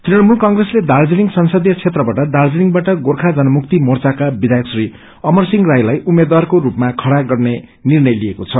तृणमूल क्रिसले दार्जीलिङ संसदीय क्षेत्रबाट दार्जीलिङबाट गोर्खा जनमुक्ति मोर्चाका विद्यायक श्री अमरसिंह राईलाई उम्मेद्वारको रूपमा खड़ा गर्ने निर्णय लिएको छ